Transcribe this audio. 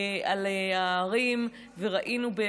על ההרים ראינו,